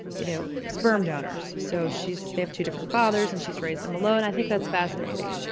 you know, sperm donors. so, she's, they have two different fathers and she's raised them alone. i think that's fascinating.